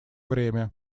время